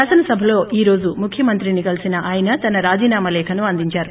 శాసనసభలో ఈ రోజు ముఖ్యమంత్రి ని కలిసిన ఆయన తన రాజీనామా లేఖను అందించారు